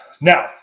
Now